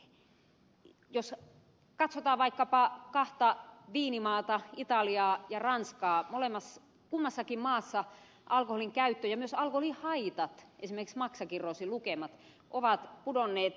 jos katsotaan vaikkapa kahta viinimaata italiaa ja ranskaa kummassakin maassa alkoholin käyttö ja myös alkoholihaitat esimerkiksi maksakirroosilukemat ovat pudonneet lähes puoleen